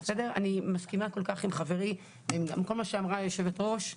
אני מסכימה כל כך עם חברי ועם כל מה שאמרה יושבת הראש.